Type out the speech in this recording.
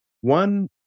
one